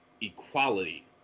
equality